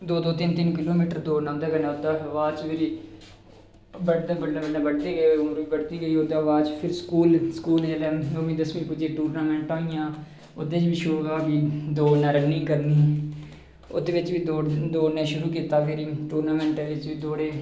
फिर तिन तिन किलोमिटर दौड़ना उंदे कन्नै ओह्दे बाद फिरी बल्लें बल्लें उमर बधदी गेई ओह्दे बाद फिर स्कूल जेलै नौमीं दसमीं पुज्जी गे टूरनेंमेंटा होइयां ओह्दे च बी शौक हा दौड़ना रन्निंग करनी ओह्दे बिच बी दोड़ना शुरु किता फिरी टूरनामेंटा बिच बी दोड़े